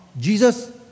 Jesus